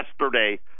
yesterday